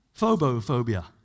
Phobophobia